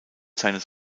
seines